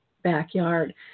backyard